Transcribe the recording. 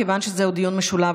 כיוון שזה דיון משולב,